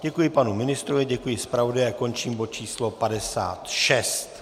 Děkuji panu ministrovi, děkuji zpravodaji a končím bod číslo 56.